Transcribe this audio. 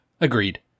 Agreed